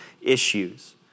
issues